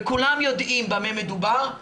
וכולם יודעים במה מדובר,